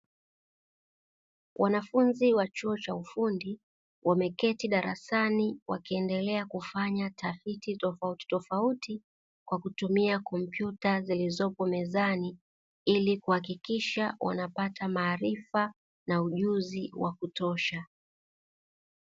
Wanafunzi wa chuo cha ufundi wameketi darasani wakiendelea kufanya tafiti tofautitofauti, kwa kutumia kompyuta zilizopo mezani ili kuhakikisha wanapata maarifa na ujuzi wa kutosha.